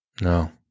No